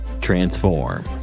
Transform